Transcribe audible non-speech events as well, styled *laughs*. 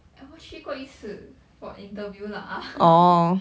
eh 我去过一次 for interview lah *laughs*